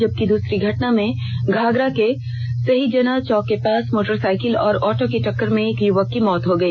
जबकि दसरी घटना में घाघरा के सहीजाना चौक के पास मोटरसाइकिल और ऑटो की टक्कर में एक युवक की मौत हो गई